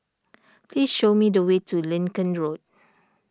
please show me the way to Lincoln Road